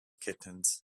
kittens